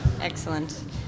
Excellent